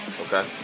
Okay